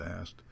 asked